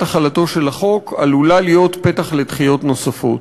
החלתו של החוק עלולה להיות פתח לדחיות נוספות.